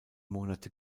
monate